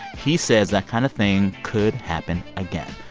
he says that kind of thing could happen again.